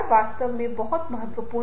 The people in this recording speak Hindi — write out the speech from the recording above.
इसलिए भाषा बहुत महत्वपूर्ण है